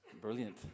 Brilliant